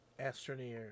astroneer